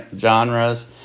genres